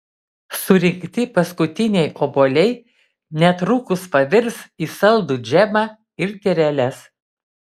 surinkti paskutiniai obuoliai netrukus pavirs į saldų džemą ir tyreles